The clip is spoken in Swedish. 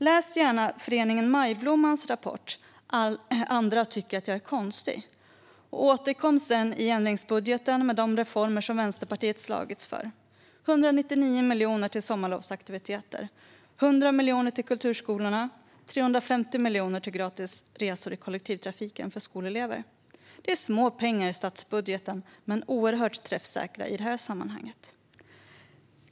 Läs gärna föreningen Majblommans rapport Andra tycker att jag är konstig , och återkom sedan i ändringsbudgeten med de reformer som Vänsterpartiet slagits för: 199 miljoner till sommarlovsaktiviteter, 100 miljoner till kulturskolorna och 350 miljoner till gratis resor i kollektivtrafiken för skolelever. Det är små pengar i statsbudgeten men oerhört träffsäkra i det här sammanhanget.